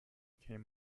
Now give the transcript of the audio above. came